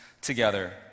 together